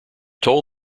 told